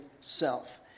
self